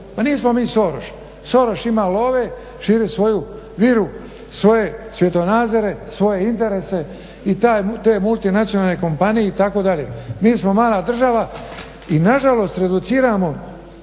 Pa nismo mi Soroš, Soroš ima love, širi svoju vilu, svoje svjetonazore, svoje interese i te multinacionalne kompanije itd. Mi smo mala država i nažalost reduciramo